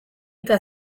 eta